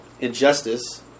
Injustice